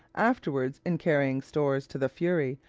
afterwards, in carrying stores to the fury,